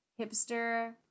hipster